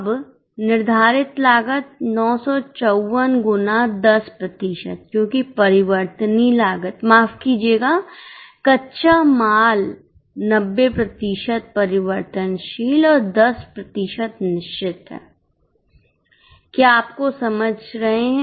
अब निर्धारित लागत 954 गुना 10 प्रतिशत क्योंकि परिवर्तनीय लागत माफ कीजिएगा कच्चा माल 90 प्रतिशत परिवर्तनशील और 10 प्रतिशत निश्चित है क्या आपको समझ रहे हैं